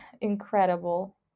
incredible